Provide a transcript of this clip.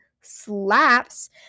slaps